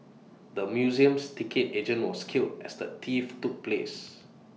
the museum's ticket agent was killed as the theft took place